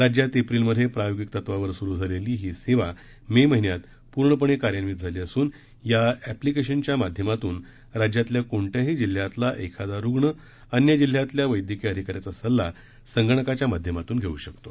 राज्यात एप्रिलमध्ये प्रायोगिक तत्वावर सुरू झालेली ही सेवा मे महिन्यात पूर्णपणे कार्यान्वित झाली असून या अॅप्लिकेशनच्या माध्यमातून राज्यातल्या कोणत्याही जिल्ह्यातला एखादा रुग्ण अन्य जिल्ह्यातल्या वैद्यकीय अधिकाऱ्याचा सल्ला संगणकाच्या माध्यमातून घेऊ शकतो